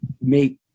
make